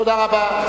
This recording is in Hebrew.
תודה רבה.